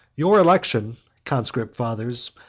your election, conscript fathers!